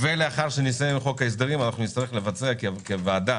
ולאחר שנסיים את חוק ההסדרים נצטרך לבצע כוועדה